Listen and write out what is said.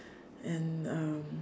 and um